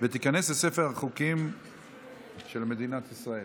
אני קובע שהצעת החוק לייעול האכיפה